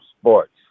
sports